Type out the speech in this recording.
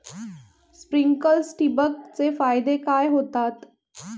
Sprinklers ठिबक चे फायदे काय होतात?